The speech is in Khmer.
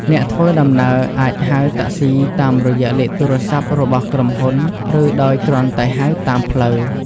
អ្នកធ្វើដំណើរអាចហៅតាក់ស៊ីតាមរយៈលេខទូរស័ព្ទរបស់ក្រុមហ៊ុនឬដោយគ្រាន់តែហៅតាមផ្លូវ។